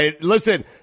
Listen